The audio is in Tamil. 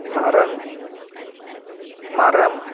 மரம் மரம்